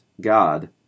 God